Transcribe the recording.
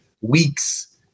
weeks